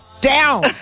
down